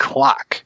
Clock